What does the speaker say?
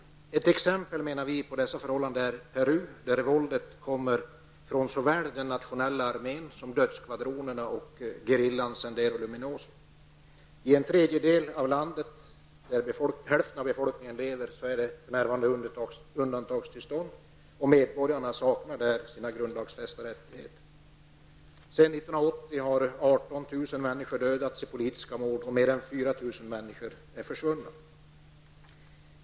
Vi menar att ett exempel på de nämnda förhållandena är Peru, där våldet kommer från såväl den nationella armén som dödsskvadronerna och gerillan Sendero Luminoso. I den tredjedel av landet där hälften av befolkningen lever är det för närvarande undantagstillstånd. Medborgarna saknar där sina grundlagsfästa rättigheter. Sedan 1980 har 18 000 människor dödats vid politiska mord, och mer än 4 000 människor är försvunna.